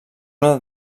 una